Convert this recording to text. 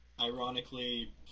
ironically